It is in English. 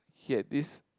he had this